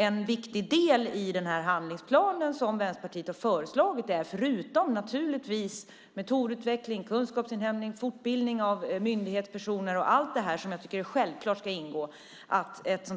En viktig del i den handlingsplan som Vänsterpartiet har föreslagit är, förutom naturligtvis metodutveckling, kunskapsinhämtning, fortbildning av myndighetspersoner och allt det som självklart ska ingå, att ett